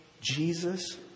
Jesus